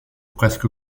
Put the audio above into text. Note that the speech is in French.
presque